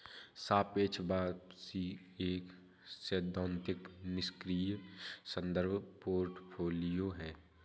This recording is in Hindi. सापेक्ष वापसी एक सैद्धांतिक निष्क्रिय संदर्भ पोर्टफोलियो है